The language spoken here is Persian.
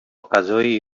غذایی